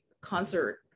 concert